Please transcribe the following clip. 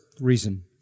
reason